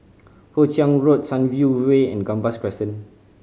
Hoe Chiang Road Sunview Way and Gambas Crescent